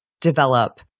develop